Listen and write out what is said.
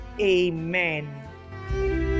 amen